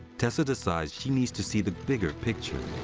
tessa decides she needs to see the bigger picture.